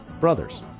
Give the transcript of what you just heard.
brothers